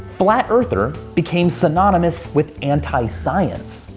flat-earther became synonymous with anti-science.